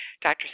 Dr